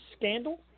scandal